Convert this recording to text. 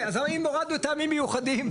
אז אם הורדנו טעמים מיוחדים,